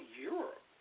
Europe